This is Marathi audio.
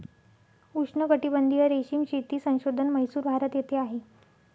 उष्णकटिबंधीय रेशीम शेती संशोधन म्हैसूर, भारत येथे आहे